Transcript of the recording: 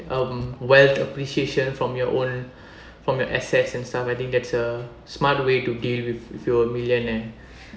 um wealth appreciation from your own from your assets and stuff I think that's a smart way to deal with if you are millionaire